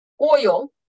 oil